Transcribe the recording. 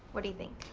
what do you think?